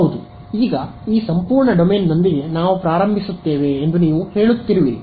ಹೌದು ಈಗ ಈ ಸಂಪೂರ್ಣ ಡೊಮೇನ್ನೊಂದಿಗೆ ನಾವು ಪ್ರಾರಂಭಿಸುತ್ತೇವೆ ಎಂದು ನೀವು ಹೇಳುತ್ತಿರುವಿರಿ